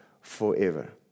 forever